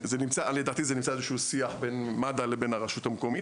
לדעתי זה נמצא בשיח בין מד"א לבין הרשות המקומית.